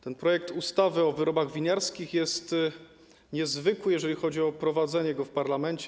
Ten projekt ustawy o wyrobach winiarskich jest niezwykły, jeżeli chodzi o prowadzenie go w parlamencie.